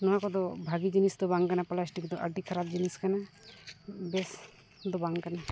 ᱱᱚᱣᱟ ᱠᱚᱫᱚ ᱵᱷᱟᱹᱜᱤ ᱡᱤᱱᱤᱥ ᱫᱚ ᱵᱟᱝ ᱠᱟᱱᱟ ᱯᱞᱟᱥᱴᱤᱠ ᱫᱚ ᱟᱹᱰᱤ ᱠᱷᱟᱨᱟᱯ ᱡᱤᱱᱤᱥ ᱠᱟᱱᱟ ᱵᱮᱥ ᱫᱚ ᱵᱟᱝ ᱠᱟᱱᱟ